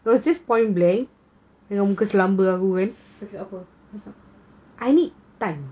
kau cakap apa